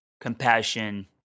compassion